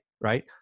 right